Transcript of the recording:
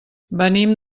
venim